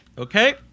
Okay